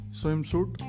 swimsuit